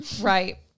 Right